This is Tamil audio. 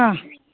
ஆ